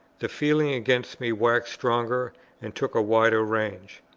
the feeling against me waxed stronger and took a wider range.